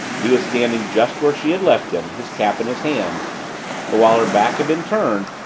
he was standing just where she had left him, his cap in his hands but, while her back had been turned,